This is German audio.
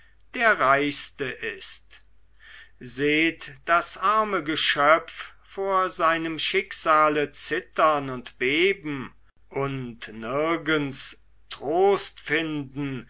der reichste ist seht das arme geschöpf vor seinem schicksale zittern und beben und nirgends trost finden